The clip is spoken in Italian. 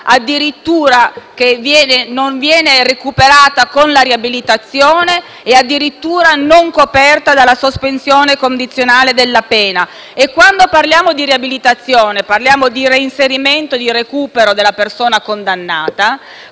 addirittura non viene recuperata con la riabilitazione e non è coperta dalla sospensione condizionale della pena. Quando parliamo di riabilitazione intendiamo reinserimento, recupero della persona condannata,